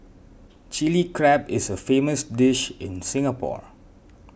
Chilli Crab is a famous dish in Singapore